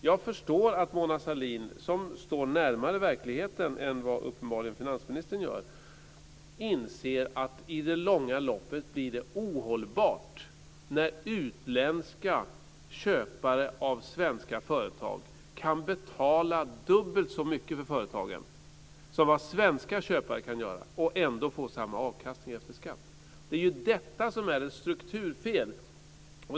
Jag förstår att Mona Sahlin, som står närmare verkligheten än vad uppenbarligen finansministern gör, inser att det i det långa loppet blir det ohållbart när utländska köpare av svenska företag kan betala dubbelt så mycket för företagen som vad svenska köpare kan göra och ändå få samma avkastning efter skatt. Det är ju detta som är ett strukturfel.